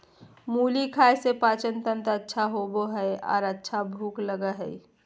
मुली खाय से पाचनतंत्र अच्छा होबय हइ आर अच्छा भूख लगय हइ